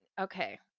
Okay